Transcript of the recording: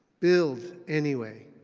build anyway.